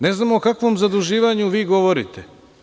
Ne znam o kakvom zaduživanju vi govorite.